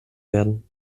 werden